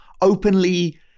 openly